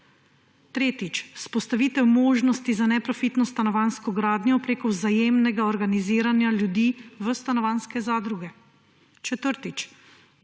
Tretjič, vzpostavitev možnosti za neprofitno stanovanjsko gradnjo preko vzajemnega organiziranja ljudi v stanovanjske zadruge. Četrtič,